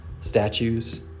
statues